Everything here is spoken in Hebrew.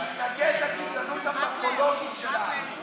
אני מתנגד לגזענות הפתולוגית שלך,